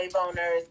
owners